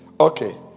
Okay